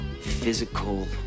physical